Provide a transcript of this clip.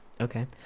Okay